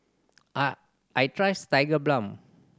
I trust Tigerbalm